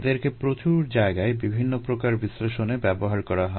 এদেরকে প্রচুর জায়গায় বিভিন্ন প্রকার বিশ্লেষণে ব্যবহার করা হয়